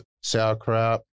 sauerkraut